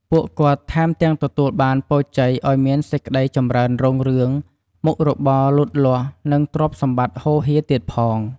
ពួកគាត់ថែមទាំងទទួលបានពរជ័យឲ្យមានសេចក្ដីចម្រើនរុងរឿង មុខរបរលូតលាស់ និងទ្រព្យសម្បត្តិហូរហៀរទៀតផង។